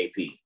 AP